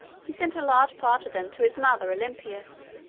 he sent a large part of them to his mother olympias,